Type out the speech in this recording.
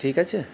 ঠিক আছে